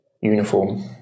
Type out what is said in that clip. Uniform